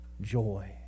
joy